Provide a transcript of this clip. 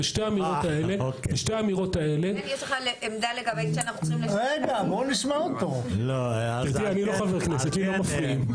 באמת אמירות שגם היו לנגד עיניי השרה ולנגד עינינו כל